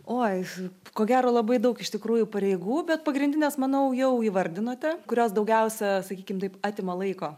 oi ko gero labai daug iš tikrųjų pareigų bet pagrindinės manau jau įvardinote kurios daugiausia sakykim taip atima laiko